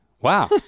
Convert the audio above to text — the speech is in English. Wow